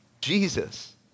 Jesus